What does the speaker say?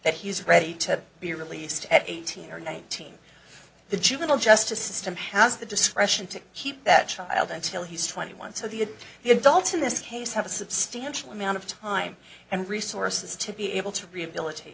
that he's ready to be released at eighteen or nineteen the juvenile justice system has the discretion to keep that child until he's twenty one so the the adults in this case have a substantial amount of time and resources to be able to rehabilita